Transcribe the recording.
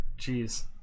Jeez